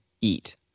eat